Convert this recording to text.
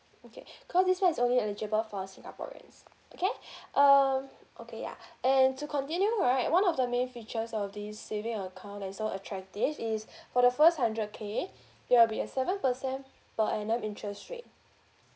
okay cause this one is only eligible for singaporeans okay um okay ya and to continue right one of the main features of this saving account that is so attractive is for the first hundred K there will be a seven percent per annum interest rate